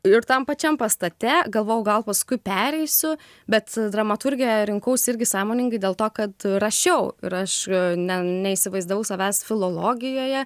ir tam pačiam pastate galvojau gal paskui pereisiu bet dramaturgija rinkausi irgi sąmoningai dėl to kad rašiau ir aš ne neįsivaizdavau savęs filologijoje